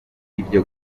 ibyo